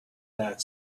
that